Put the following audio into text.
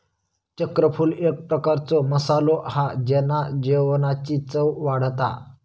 चक्रफूल एक प्रकारचो मसालो हा जेना जेवणाची चव वाढता